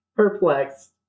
perplexed